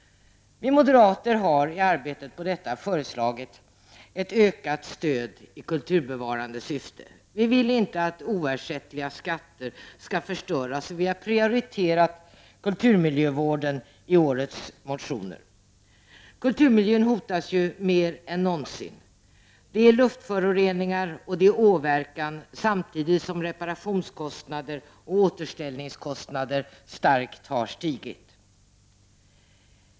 Vi moderater har i arbetet på detta föreslagit ökat stöd i kulturbevarande syfte. Vi vill inte att oersättliga skatter skall förstöras. Vi har prioriterat kulturmiljövården i årets motioner. Kulturmiljön hotas mer än någonsin. Den hotas av luftföroreningar och åverkan samtidigt som reparationsoch återställningskostnader starkt har ökat.